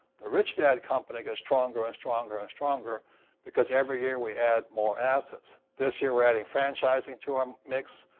the rich dad company gets stronger and stronger and stronger because, every year, we add more assets. this year, we're adding franchising to our mix.